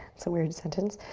so weird sentence.